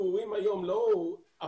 אנחנו רואים היום לא אפיקורסים,